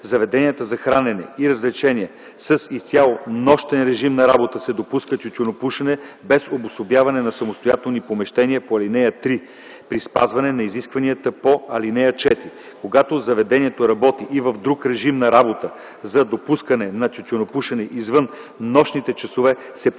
заведенията за хранене и развлечения с изцяло нощен режим на работа се допуска тютюнопушене без обособяване на самостоятелни помещения по ал. 3, при спазване на изискванията по ал. 4. Когато заведението работи и в друг режим на работа, за допускане на тютюнопушене извън нощните часове се прилагат